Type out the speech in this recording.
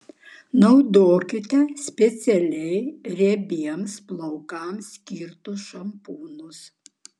naudokite specialiai riebiems plaukams skirtus šampūnus